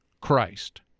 Christ